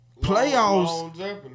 playoffs